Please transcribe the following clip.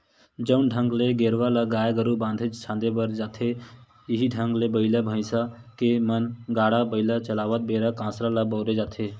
जउन ढंग ले गेरवा ल गाय गरु बांधे झांदे बर करे जाथे इहीं ढंग ले बइला भइसा के म गाड़ा बइला चलावत बेरा कांसरा ल बउरे जाथे